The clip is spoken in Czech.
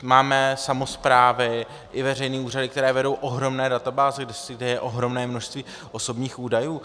Máme samosprávy i veřejné úřady, které vedou ohromné databáze, kde je ohromné množství osobních údajů.